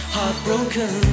Heartbroken